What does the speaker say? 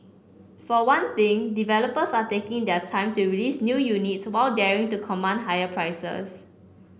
for one thing developers are taking their time to release new units while daring to command higher prices